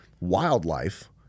Wildlife